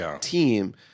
team